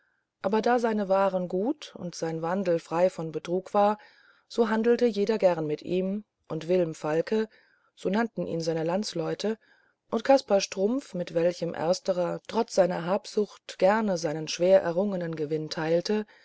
aber da seine waren gut und sein wandel frei von betrug war so handelte jeder gern mit ihm und wilm falke so nannten ihn seine landsleute und kaspar strumpf mit welchem ersterer trotz seiner habsucht gerne seinen schwer errungenen gewinn teilte